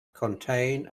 contain